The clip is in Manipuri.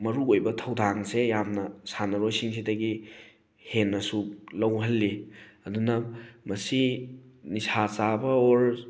ꯃꯔꯨꯑꯣꯏꯕ ꯊꯧꯗꯥꯡꯁꯦ ꯌꯥꯝꯅ ꯁꯥꯟꯅꯔꯣꯏꯁꯤꯡꯁꯤꯗꯒꯤ ꯍꯦꯟꯅꯁꯨ ꯂꯧꯍꯜꯂꯤ ꯑꯗꯨꯅ ꯃꯁꯤ ꯅꯤꯁꯥ ꯆꯥꯕ ꯑꯣꯔ